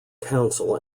council